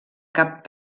cap